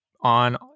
on